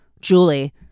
Julie